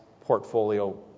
portfolio